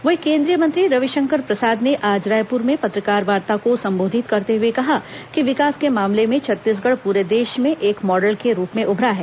वहीं केन्द्रीय मंत्री रविशंकर प्रसाद ने आज रायपुर में पत्रकारवार्ता को संबोधित करते हए कहा कि विकास के मामले में छत्तीसगढ़ पूरे देश में एक मॉडल के रूप में उभरा है